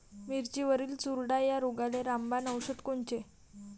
मिरचीवरील चुरडा या रोगाले रामबाण औषध कोनचे?